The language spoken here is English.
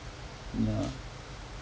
(uh huh)